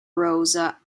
rosa